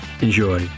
enjoy